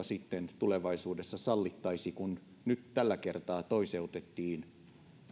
sitten tulevaisuudessa sallittaisi sitä kun nyt tällä kertaa toiseutettiin